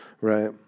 right